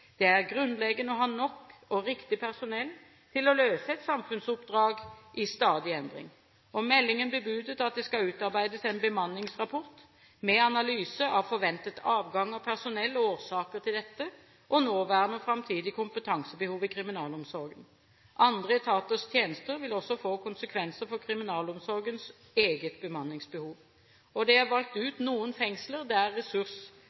Det er grunnleggende å ha nok og riktig personell til å løse et samfunnsoppdrag i stadig endring. Meldingen bebudet at det skal utarbeides en bemanningsrapport med analyse av forventet avgang av personell og årsaker til dette, og nåværende og framtidig kompetansebehov i kriminalomsorgen. Andre etaters tjenester vil også få konsekvenser for kriminalomsorgens eget bemanningsbehov. Det er valgt